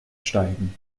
steigen